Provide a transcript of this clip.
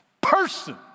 person